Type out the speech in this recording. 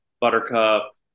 Buttercup